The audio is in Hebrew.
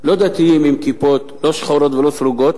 לא דתיים עם כיפות, לא שחורות ולא סרוגות.